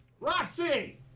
Roxy